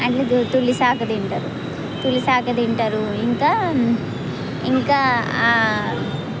అది తులసి ఆకు తింటారు తులసి ఆకు తింటారు ఇంకా ఇంకా